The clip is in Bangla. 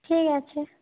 ঠিক আছে